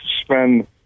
spend